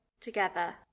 together